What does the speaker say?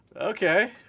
okay